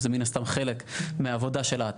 זה מן הסתם חלק של ההעתקה,